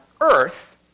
Earth